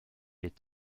est